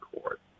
Court